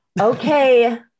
Okay